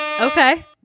Okay